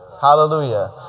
Hallelujah